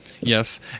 Yes